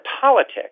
politics